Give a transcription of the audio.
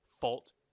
fault